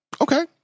okay